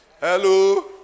Hello